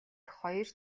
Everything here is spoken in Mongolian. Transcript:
хоёр